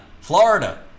Florida